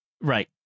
right